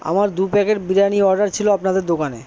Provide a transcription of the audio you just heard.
আমার দু packet biryani order ছিলো আপনাদের দোকানে